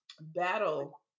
battle